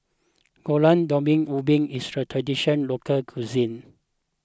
Gulai Daun Ubi is a tradition local cuisine